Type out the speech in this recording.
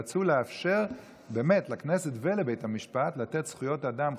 רצו לאפשר באמת לכנסת ולבית המשפט לתת זכויות אדם,